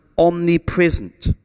Omnipresent